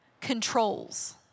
controls